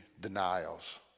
denials